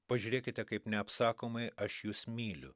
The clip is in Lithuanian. pažiūrėkite kaip neapsakomai aš jus myliu